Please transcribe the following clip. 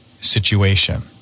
situation